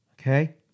Okay